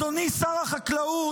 אדוני שר החקלאות,